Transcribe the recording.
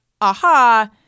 aha